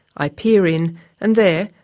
i peer in and there,